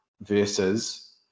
versus